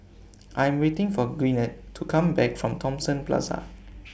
I Am waiting For Gwyneth to Come Back from Thomson Plaza